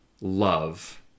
love